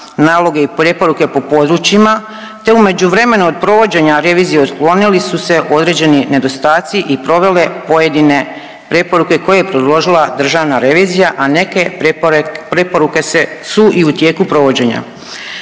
naloge i preporuke po područjima te u međuvremenu od provođenja revizije otklonili su se određeni nedostaci i provele pojedine preporuke koje je predložila Državna revizija, a neke preporuke se, su i u tijeku provođenja.